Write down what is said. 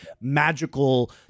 magical